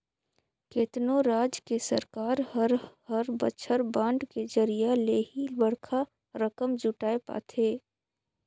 केतनो राज के सरकार हर हर बछर बांड के जरिया ले ही बड़खा रकम जुटाय पाथे